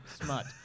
smut